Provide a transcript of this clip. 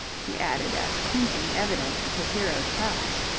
he added as clinching evidence of his hero's prowess.